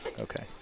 Okay